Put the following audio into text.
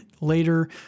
later